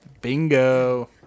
bingo